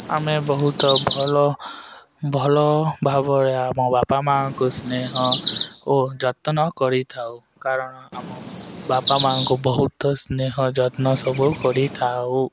ଆମେ ବହୁତ ଭଲ ଭଲ ଭାବରେ ଆମ ବାପା ମାଆଙ୍କୁ ସ୍ନେହ ଓ ଯତ୍ନ କରିଥାଉ କାରଣ ଆମ ବାପା ମାଆଙ୍କୁ ବହୁତ ସ୍ନେହ ଯତ୍ନ ସବୁ କରିଥାଉ